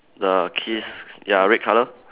the kiss ya red colour